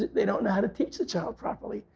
they don't know how to pitch the child properly.